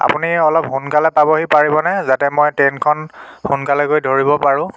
আপুনি অলপ সোনকালে পাবহি পাৰিবনে যাতে মই ট্ৰেইনখন সোনকালে গৈ ধৰিব পাৰোঁ